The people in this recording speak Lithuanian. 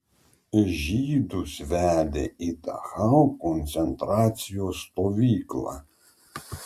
žydus vedė į dachau koncentracijos stovyklą